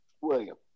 William